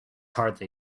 hardly